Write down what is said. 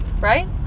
right